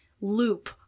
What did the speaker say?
loop